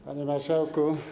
Panie Marszałku!